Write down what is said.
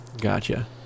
Gotcha